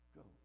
go